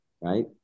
Right